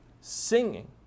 singing